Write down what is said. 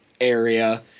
area